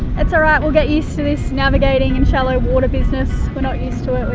it's alright we'll get used to this navigating in shallow water business. we're not used to it, we